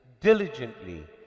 diligently